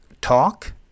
talk